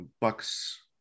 bucks